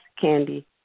Candy